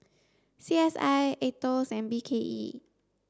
C S I AETOS and B K E